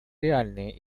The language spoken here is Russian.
реальные